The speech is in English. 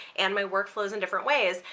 and my work flows in different ways.